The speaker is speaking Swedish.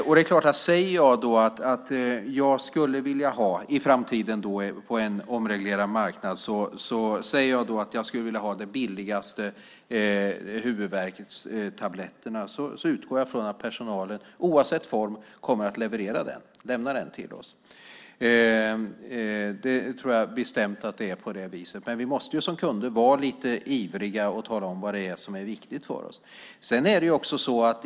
Om jag då säger att jag i framtiden skulle vilja ha, på en omreglerad marknad, de billigaste huvudvärkstabletterna utgår jag från att personalen, oavsett form, kommer att ta fram dem åt oss. Jag tror bestämt att det är så. Vi måste som kunder vara lite ivriga och tala om vad som är viktigt för oss.